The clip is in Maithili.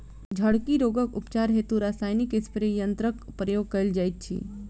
झड़की रोगक उपचार हेतु रसायनिक स्प्रे यन्त्रकक प्रयोग कयल जाइत अछि